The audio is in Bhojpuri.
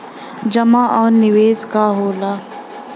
जमा और निवेश का होला?